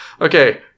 Okay